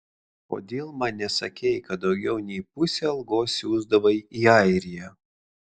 kodėl man nesakei kad daugiau nei pusę algos siųsdavai į airiją